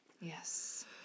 Yes